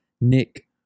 Nick